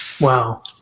Wow